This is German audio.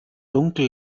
dunkel